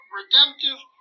redemptive